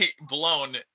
blown